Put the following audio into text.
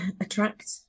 attract